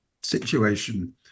situation